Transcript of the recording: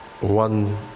One